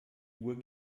uhr